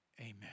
amen